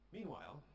Meanwhile